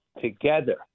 together